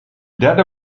derde